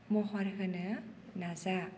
महर होनो नाजा